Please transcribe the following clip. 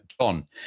John